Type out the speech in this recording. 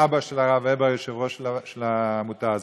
האבא של הרב הבר היושב-ראש של העמותה הזאת,